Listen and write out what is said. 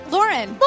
Lauren